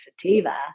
sativa